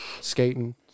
skating